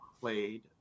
played